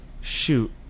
shoot